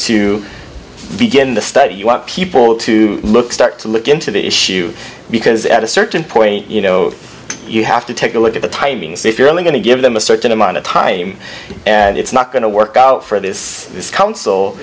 to begin the study you want people to look start to look into the issue because at a certain point you know you have to take a look at the timings if you're only going to give them a certain amount of time and it's not going to work out for this this council